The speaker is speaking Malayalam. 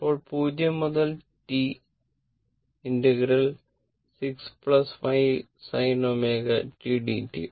അപ്പോൾ 0 മുതൽ T 6 5sin ω tdt